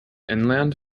inland